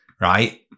Right